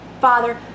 Father